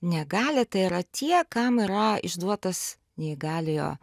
negalia tai yra tie kam yra išduotas neįgaliojo